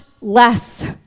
less